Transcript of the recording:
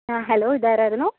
ആ ഹലോ ഇതാരാരുന്നു